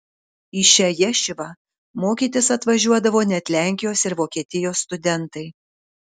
į šią ješivą mokytis atvažiuodavo net lenkijos ir vokietijos studentai